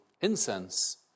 incense